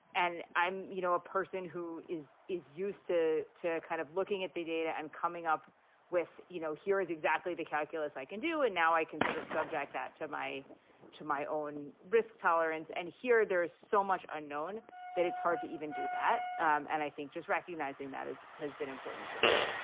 and i'm, you know, a person who is is used to to kind of looking at the data and coming up with, you know, here is exactly the calculus i can do. and now i can sort of subject that to my to my own risk tolerance. and here there is so much unknown that it's hard to even do that um and i think just recognizing that, as has been important for me,